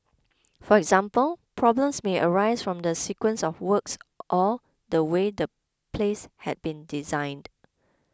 for example problems may arise from the sequence of works or or the way the place has been designed